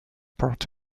part